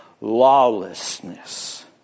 lawlessness